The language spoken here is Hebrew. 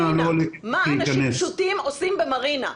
מה אנשים פשוטים עושים במרינה?